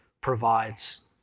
provides